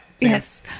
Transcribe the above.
Yes